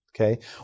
okay